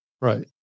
Right